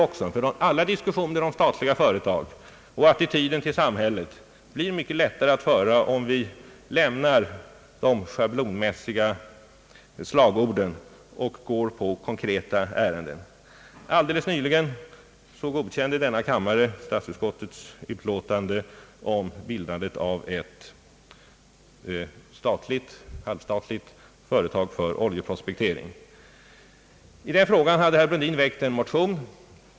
Det blir mycket lättare att föra diskussioner om statliga företag och attityden till samhället, om vi lämnar de schablonmässiga slagorden och går på de konkreta frågorna. Helt nyligen godkände denna kammare statsutskottets utlåtande om att bilda ett halvstatligt företag för oljeprospektering. I den frågan hade herr Brundin väckt en motion.